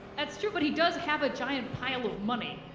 that's true but he does have a giant pile of money,